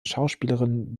schauspielerinnen